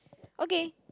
okay